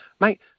mate